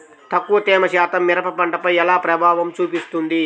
తక్కువ తేమ శాతం మిరప పంటపై ఎలా ప్రభావం చూపిస్తుంది?